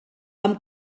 amb